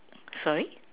sorry